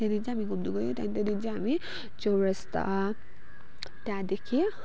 त्यो दिन चाहिँ हामी घुम्नु गयौँ अनि त्यो दिन चाहिँ हामी चौरास्ता त्यहाँदेखि